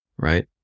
right